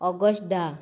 August धा